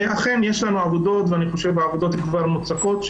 ואכן יש לנו כבר עובדות והעובדות כבר מוצקות,